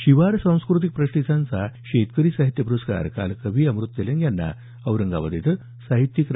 शिवार सांस्क्रतिक प्रतिष्ठानचा शेतकरी साहित्य पुरस्कार कवी अमृत तेलंग यांना काल औरंगाबाद इथं साहित्यिक रा